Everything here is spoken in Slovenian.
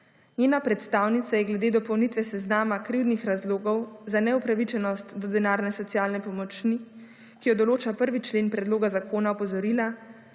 Njena predstavnica je glede dopolnitve seznama krivdnih razlogov za neupravičenost do denarne socialne pomoči, ki jo določa 1. člen predloga zakona, opozorila,